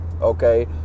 okay